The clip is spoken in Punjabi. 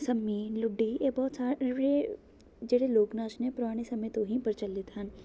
ਸੰਮੀ ਲੁੱਡੀ ਇਹ ਬਹੁਤ ਸਾਰੇ ਜਿਹੜੇ ਲੋਕ ਨਾਚ ਨੇ ਉਹ ਪੁਰਾਣੇ ਸਮੇਂ ਤੋਂ ਹੀ ਪ੍ਰਚਲਿਤ ਹਨ